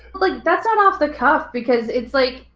like, that's not off-the-cuff because it's, like,